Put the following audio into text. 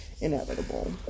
inevitable